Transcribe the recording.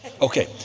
Okay